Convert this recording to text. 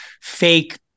fake